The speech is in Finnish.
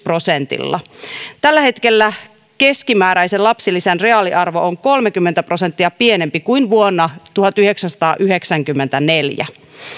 prosentilla tällä hetkellä keskimääräisen lapsilisän reaaliarvo on kolmekymmentä prosenttia pienempi kuin vuonna tuhatyhdeksänsataayhdeksänkymmentäneljä